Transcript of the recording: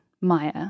Maya